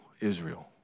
Israel